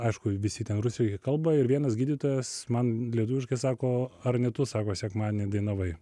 aišku visi ren rusai kalba ir vienas gydytojas man lietuviškai sako ar ne tu sako sekmadienį dainavai